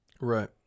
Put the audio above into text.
Right